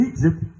Egypt